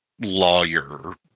lawyer